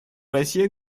россия